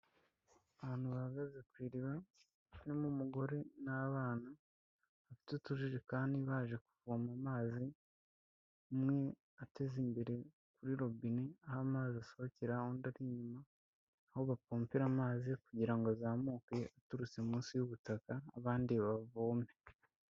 Abantu bahagaze ku iriba harimo umugore n'abana bafite utujekani baje kuvoma amazi umwe ateza imbere kuri robine aho amazi asohokera, undi ari inyuma aho bapomera amazi kugira ngo azamuke aturutse munsi y'ubutaka abandi bavome.